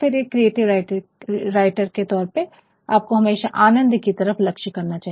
एक creative writer के तौर पर आपको हमेशा आनंद की तरफ लक्ष्य करना चाहिए